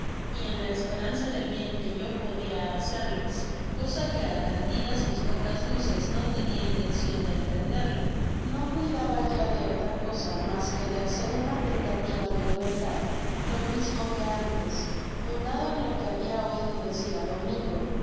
y en la esperanza del bien que yo podia hacerles cosa que atandidas mis pocas luces no tenia intencion de emprenderla no v ír f í a h cuidaba ya de otra cosa mas que de hacer una tentativa de libertad lo mismo que antes fundado en lo que habla oido decir á domingo